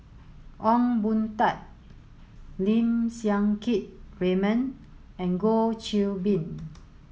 Ong Boon Tat Lim Siang Keat Raymond and Goh Qiu Bin